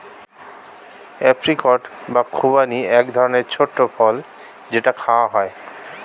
apricot বা খুবানি এক রকমের ছোট্ট ফল যেটা খাওয়া হয়